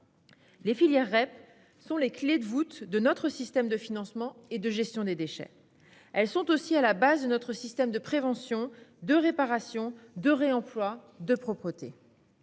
Les filières REP sont les clés de voûte de notre système de financement et de gestion des déchets. Elles sont aussi à la base de notre système de prévention, de réparation, de réemploi et de propreté.